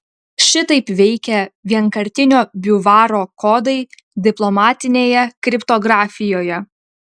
šitaip veikia vienkartinio biuvaro kodai diplomatinėje kriptografijoje